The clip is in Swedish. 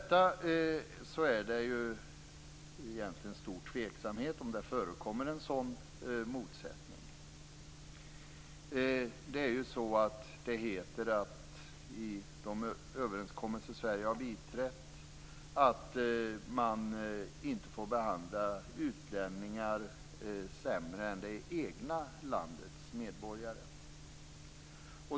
Det är egentligen mycket tveksamt om det förekommer en sådan motsättning. Det heter i de överenskommelser som Sverige har biträtt att man inte får behandla utlänningar sämre än det egna landets medborgare.